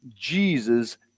Jesus